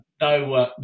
no